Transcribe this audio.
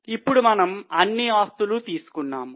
ఇప్పుడు మనం అన్ని ఆస్తులు తీసుకున్నాము